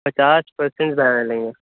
پچاس پرسنٹ بیعانہ لیں گے